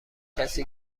کسی